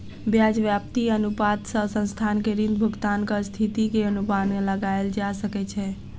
ब्याज व्याप्ति अनुपात सॅ संस्थान के ऋण भुगतानक स्थिति के अनुमान लगायल जा सकै छै